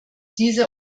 diese